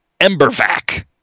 Embervac